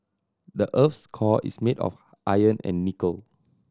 the earth's core is made of iron and nickel